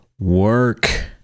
work